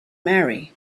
marry